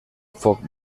foc